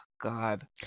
God